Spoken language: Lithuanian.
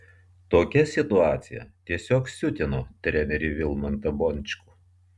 tokia situacija tiesiog siutino trenerį vilmantą bončkų